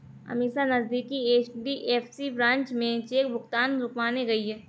अमीषा नजदीकी HDFC branch में cheque भुगतान रुकवाने गई